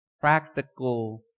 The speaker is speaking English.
practical